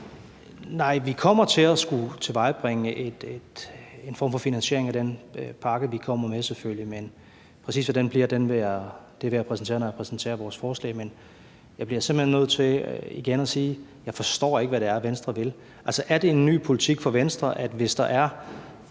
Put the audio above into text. Vi kommer til at skulle tilvejebringe en form for finansiering af den pakke, vi kommer med, selvfølgelig, men præcis hvad den bliver, vil jeg præsentere, når jeg præsenterer vores forslag. Men jeg bliver simpelt hen nødt til igen at sige, at jeg ikke forstår, hvad det er, Venstre vil. Altså, er det en ny politik fra Venstres side, at hvis der er